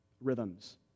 rhythms